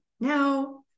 Now